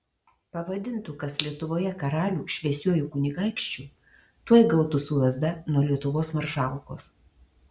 pavadintų kas lietuvoje karalių šviesiuoju kunigaikščiu tuoj gautų su lazda nuo lietuvos maršalkos